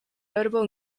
notable